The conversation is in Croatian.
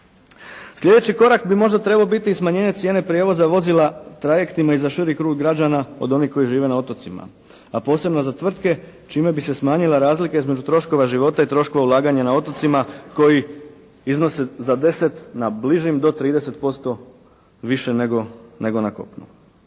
Sljedeći korak bi možda trebao biti i smanjenje cijene prijevoza vozila trajektima i za širi krug građana od onih koji žive na otocima, a posebno za tvrtke čime bi se smanjila razlika između troškova života i troškova ulaganja na otocima koji iznose za deset na bližim do 30% više nego na kopnu.